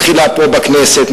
מתחילה פה בכנסת,